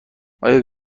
آیا